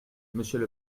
monsieur